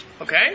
Okay